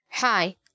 Hi